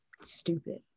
stupid